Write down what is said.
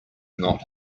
not